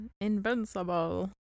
invincible